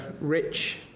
rich